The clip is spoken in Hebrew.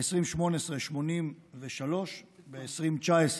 ב-2018 83, ב-2019,